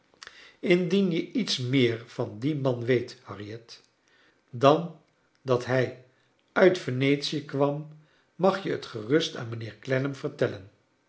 indien je iets meer van dien maa weet harriet dan dat hij uit venetie kwam mag je het gerust aan mijnheer clennam vertellen